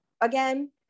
again